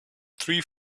three